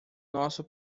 nosso